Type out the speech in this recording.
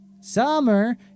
Summer